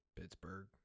Pittsburgh